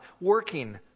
working